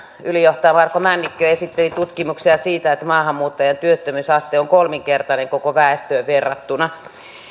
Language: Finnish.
ylijohtaja marko männikkö esitteli tutkimuksia siitä että maahanmuuttajien työttömyysaste on kolminkertainen koko väestöön verrattuna